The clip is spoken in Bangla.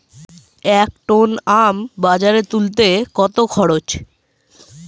এক টন আম বাজারে তুলতে কত খরচ?